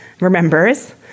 remembers